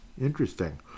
Interesting